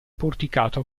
porticato